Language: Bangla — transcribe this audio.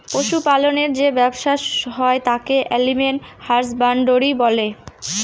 পশু পালনের যে ব্যবসা হয় তাকে এলিম্যাল হাসব্যানডরই বলে